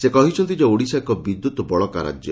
ସେ କହିଛନ୍ତି ଯେ ଓଡ଼ିଶା ଏକ ବିଦ୍ୟତ୍ ବଳକା ରାଜ୍ୟ